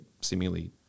seemingly